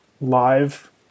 live